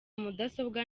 mudasobwa